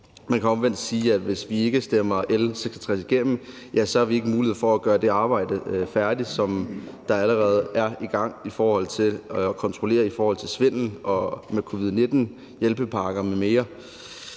Man kan omvendt sige, at hvis vi ikke stemmer L 66 igennem, har vi ikke mulighed for at gøre det arbejde færdigt, som allerede er i gang, i forhold til at kontrollere for svindel med covid-19-hjælpepakker m.m.